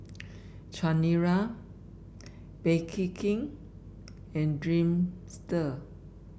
Chanira Bake King and Dreamster